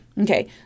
Okay